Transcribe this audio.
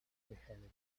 beheading